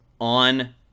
on